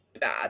bad